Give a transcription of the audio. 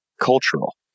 cultural